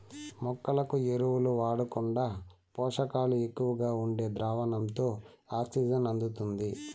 మొక్కలకు ఎరువులు వాడకుండా పోషకాలు ఎక్కువగా ఉండే ద్రావణంతో ఆక్సిజన్ అందుతుంది